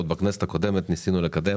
ניסינו לקדם